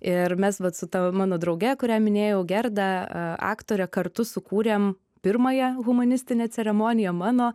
ir mes vat su ta mano drauge kurią minėjau gerda aktore kartu sukūrėm pirmąją humanistinę ceremoniją mano